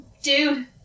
Dude